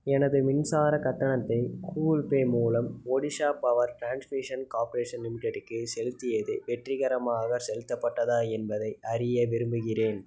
எனது மின்சாரக் கட்டணத்தை கூகுள் பே மூலம் ஒடிஷா பவர் டிரான்ஸ்மிஷன் கார்ப்பரேஷன் லிமிடெட்டுக்கு செலுத்தியது வெற்றிகரமாக செலுத்தப்பட்டதா என்பதை அறிய விரும்புகிறேன்